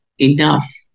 enough